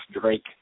Drake